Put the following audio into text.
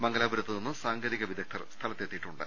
മംഗലാപുരത്തുനിന്ന് സാങ്കേതിക വിദഗ്ദ്ധർ സ്ഥലത്തെത്തിയിട്ടുണ്ട്